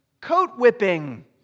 coat-whipping